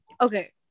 Okay